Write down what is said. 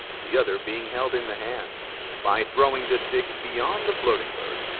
the other being held in the hand by throwing the stick beyond the floating bird,